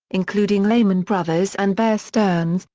including lehman brothers and bear stearns,